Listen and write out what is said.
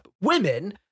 Women